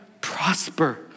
prosper